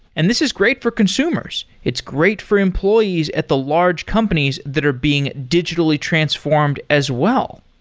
and this is great for consumers. it's great for employees at the large companies that are being digitally transformed as well.